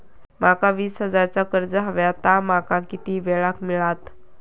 माका वीस हजार चा कर्ज हव्या ता माका किती वेळा क मिळात?